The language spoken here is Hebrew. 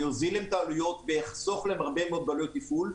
יוזיל להם את העלויות ויחסוך להם הרבה מאוד בעלויות תפעול,